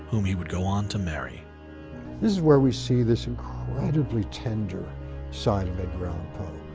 whom he would go on to marry. this is where we see this incredibly tender side of edgar allan poe,